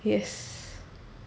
yes